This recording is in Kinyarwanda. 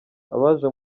abaje